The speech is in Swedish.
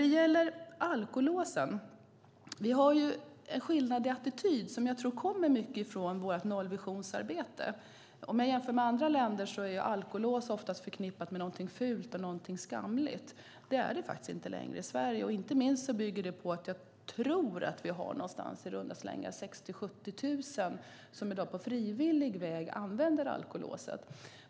Vi har en skillnad i attityd till alkolåsen som jag till stor del tror kommer från vårt nollvisionsarbete. Om jag jämför med andra länder ser jag att alkolås där ofta är förknippat med någonting fult och skamligt. Så är det inte längre i Sverige. Inte minst bygger det på att jag tror att vi har i runda slängar 60 000-70 000 som i dag på frivillig väg använder alkolåsen.